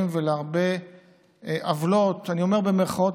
ולהרבה "עוולות" אני אומר עוולות במירכאות,